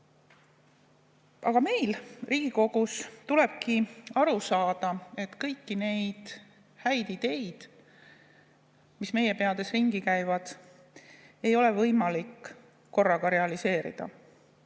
asju. Meil Riigikogus tulebki aru saada, et kõiki neid häid ideid, mis meie peades ringi käivad, ei ole võimalik korraga realiseerida.